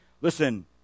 listen